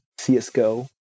csgo